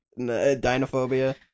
Dinophobia